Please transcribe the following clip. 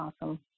awesome